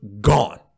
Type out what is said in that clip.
gone